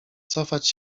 cofać